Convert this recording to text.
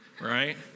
right